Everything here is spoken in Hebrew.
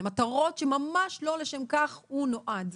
למטרות שממש לא לשם כך הוא נועד.